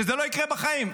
שזה לא יקרה בחיים.